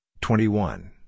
twenty-one